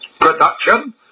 production